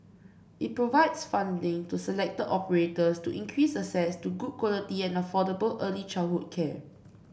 it provides funding to selected operators to increase access to good quality and affordable early childhood care